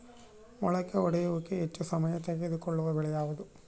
ಮೊಳಕೆ ಒಡೆಯುವಿಕೆಗೆ ಹೆಚ್ಚು ಸಮಯ ತೆಗೆದುಕೊಳ್ಳುವ ಬೆಳೆ ಯಾವುದು?